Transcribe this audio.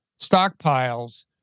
stockpiles